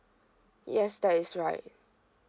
yes that is right